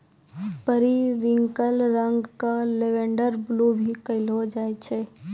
periwinkle रंग क lavender blue भी कहलो जाय छै